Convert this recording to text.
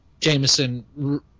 Jameson